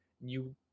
new